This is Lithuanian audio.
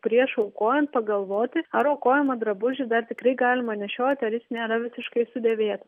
prieš aukojant pagalvoti ar aukojamą drabužį dar tikrai galima nešioti ar jis nėra visiškai sudėvėt